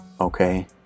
Okay